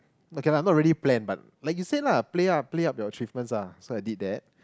okay lah not really plan but like you said lah play up play up your achievements ah so I did that